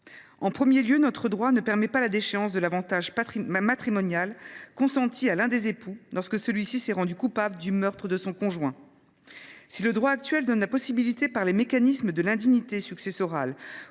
En premier lieu, notre droit ne permet pas la déchéance de l’avantage matrimonial consenti à l’un des époux lorsque celui ci s’est rendu coupable du meurtre de son conjoint. Si le droit actuel donne la possibilité, par les mécanismes de l’indignité successorale